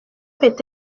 peut